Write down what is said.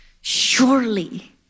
surely